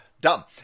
dumb